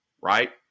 Right